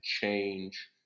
change